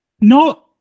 no –